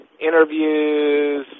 interviews